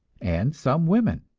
and some women.